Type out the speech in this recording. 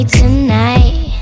tonight